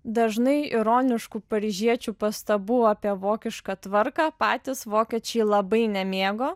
dažnai ironiškų paryžiečių pastabų apie vokišką tvarką patys vokiečiai labai nemėgo